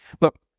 look